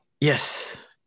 Yes